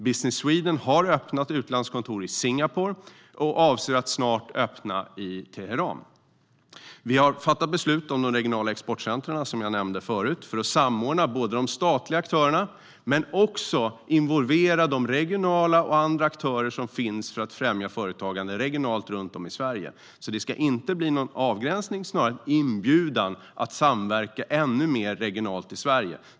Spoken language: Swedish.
Business Sweden har öppnat utlandskontor i Singapore och avser att snart öppna i Teheran. Vi har fattat beslut om de regionala exportcentrumen, som jag nämnde, för att samordna de statliga aktörerna och involvera de regionala aktörerna och andra aktörer som finns för att främja företagande regionalt runt om i Sverige. Det ska alltså inte bli någon avgränsning utan snarare en inbjudan att samverka ännu mer regionalt i Sverige.